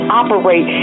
operate